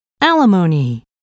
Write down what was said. Alimony